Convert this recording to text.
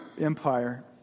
Empire